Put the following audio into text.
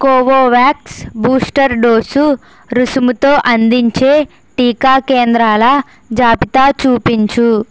Covovax booster dose రుసుముతో అందించే టీకా కేంద్రాల జాబితా చూపించు